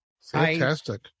Fantastic